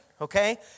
okay